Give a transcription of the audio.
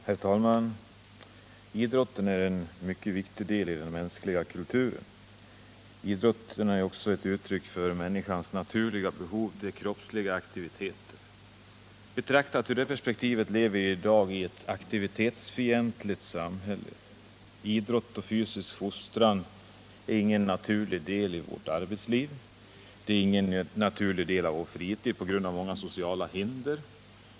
Herr talman! Idrotten är en mycket viktig del av den mänskliga kulturen. Idrotten är också ett uttryck för människans naturliga behov av kroppslig aktivitet. Betraktat ur det perspektivet lever vi i dag i ett aktivitetsfientligt samhälle. Idrott och fysisk fostran är ingen naturlig del av vårt arbetsliv och ingen naturlig del av vår fritid på grund av många sociala hinder.